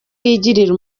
yigirira